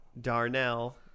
Darnell